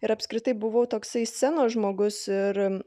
ir apskritai buvau toksai scenos žmogus ir